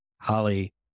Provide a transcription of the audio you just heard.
Holly